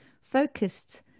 focused